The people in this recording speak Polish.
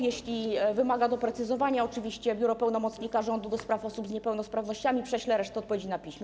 Jeśli coś wymaga doprecyzowania, oczywiście biuro pełnomocnika rządu do spraw osób z niepełnosprawnościami prześle resztę odpowiedzi na piśmie.